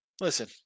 listen